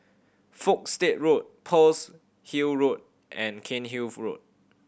Folkestone Road Pearl's Hill Road and Cairnhill Road